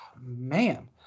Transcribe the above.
man